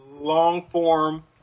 long-form